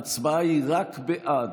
ההצבעה היא רק בעד,